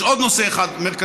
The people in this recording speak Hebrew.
יש עוד נושא אחד מרכזי,